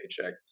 paycheck